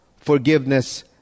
forgiveness